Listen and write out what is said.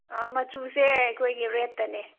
ꯑꯥ ꯃꯆꯨꯁꯦ ꯑꯩꯈꯣꯏꯒꯤ ꯔꯦꯗꯇꯅꯦ